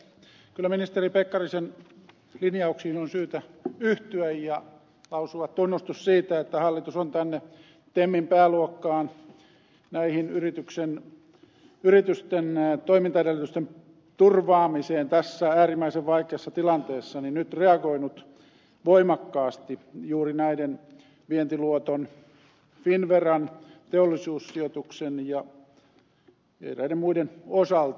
kyllä ministeri pekkarisen linjauksiin on syytä yhtyä ja lausua tunnustus siitä että hallitus on tänne temin pääluokkaan yritysten toimintaedellytysten turvaamiseksi tässä äärimmäisen vaikeassa tilanteessa nyt reagoinut voimakkaasti juuri vientiluoton finnveran teollisuussijoituksen ja eräiden muiden osalta